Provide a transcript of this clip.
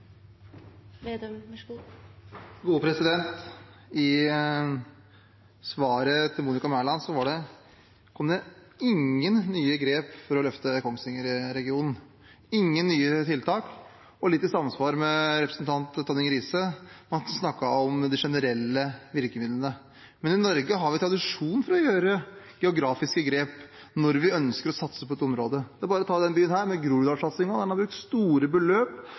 I svaret til Monica Mæland kom det ingen nye grep for å løfte Kongsvinger-regionen – ingen nye tiltak – og som representanten Tonning Riise snakket man om de generelle virkemidlene. Men i Norge har vi tradisjon for å gjøre geografiske grep når vi ønsker å satse på et område. Det er bare å ta denne byen, med Groruddal-satsingen, der man har brukt store beløp